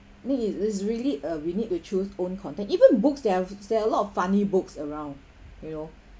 mean it is really uh we need to choose own content even books there are f~ there are a lot of funny books around you know